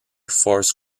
force